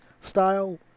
style